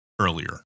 earlier